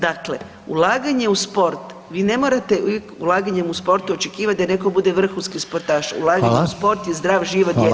Dakle, ulaganje u sport vi ne morate ulaganjem u sportu očekivat da neko bude vrhunski sportaš, ulaganje u sport je zdrav život djeteta.